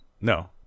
No